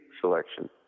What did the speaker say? selection